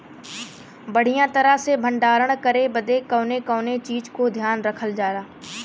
बढ़ियां तरह से भण्डारण करे बदे कवने कवने चीज़ को ध्यान रखल जा?